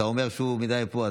אתה אומר שהוא יותר מדי פה.